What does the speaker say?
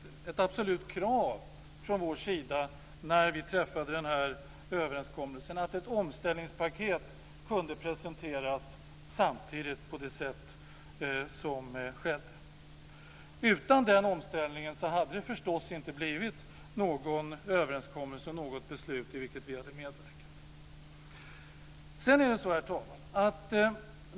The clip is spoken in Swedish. Det var ett absolut krav från vår sida när vi träffade överenskommelsen att ett omställningspaket kunde presenteras samtidigt på det sätt som skedde. Utan den omställningen hade det förstås inte blivit någon överenskommelse eller något beslut i vilket vi hade medverkat. Herr talman!